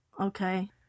okay